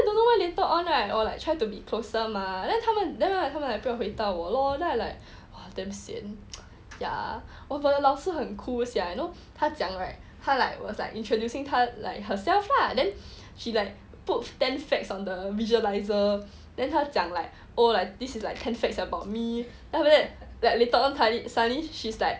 I don't know why later on right 我 like try to be closer mah then 他们 then right 他们不要回到我 lor then I like !wah! damn sian ya oh but 我的老师很 cool sia you know 他讲 right he was like introducing 他 like herself lah then she like put ten facts on the visualisers then 他讲 like oh like this is like ten facts about me after that that later on suddenly she's like